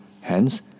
hence